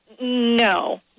No